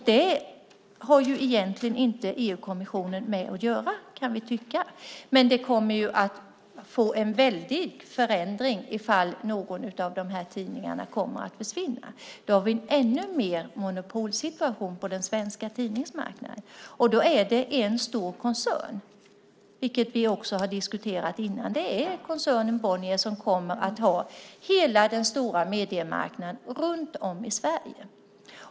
Det har egentligen inte EU-kommissionen med att göra, kan vi tycka. Men det kommer att bli en väldig förändring om någon av de här tidningarna försvinner. Då har vi en ännu starkare monopolsituation på den svenska tidningsmarknaden. Då är det en stor koncern som gäller, vilket vi också har diskuterat tidigare. Det är koncernen Bonnier som kommer att ha hela den stora mediemarknaden runt om i Sverige.